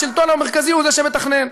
השלטון המרכזי הוא שמתכנן.